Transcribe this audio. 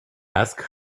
ask